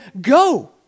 go